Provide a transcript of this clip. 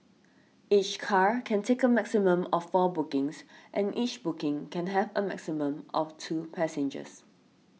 each car can take a maximum of four bookings and each booking can have a maximum of two passengers